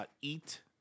eat